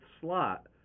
slot